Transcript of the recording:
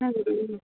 ਹਾਂਜੀ